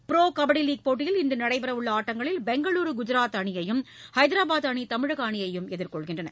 bro kabaddi league போட்டியில் இன்று நடைபெறவுள்ள ஆட்டங்களில் பெங்களுரு குஜராத் அணியையும் ஐதராபாத் அணி தமிழக அணியையும் எதிர்கொள்கின்றன